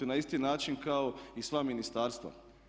Na isti način kao i sva ministarstva.